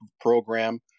program